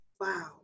wow